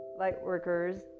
Lightworkers